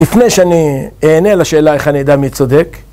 לפני שאני אענה על השאלה איך אני טדע מי צודק.